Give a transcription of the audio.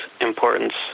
importance